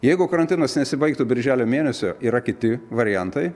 jeigu karantinas nesibaigtų birželio mėnesio yra kiti variantai